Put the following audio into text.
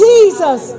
Jesus